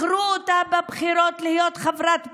בחרו בה בבחירות להיות חברת פרלמנט,